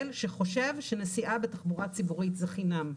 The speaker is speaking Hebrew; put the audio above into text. שחושב שנסיעה בתחבורה ציבורית זה חינם.